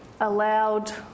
allowed